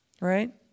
Right